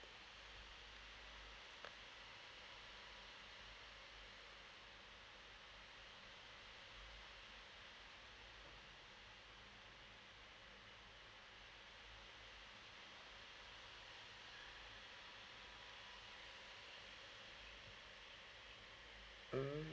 mm